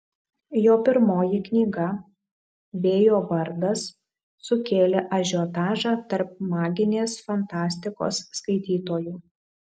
jo pirmoji knyga vėjo vardas sukėlė ažiotažą tarp maginės fantastikos skaitytojų